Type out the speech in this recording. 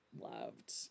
loved